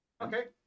Okay